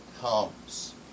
comes